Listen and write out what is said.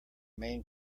main